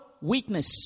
weakness